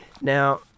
Now